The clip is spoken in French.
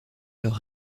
leur